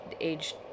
age